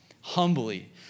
humbly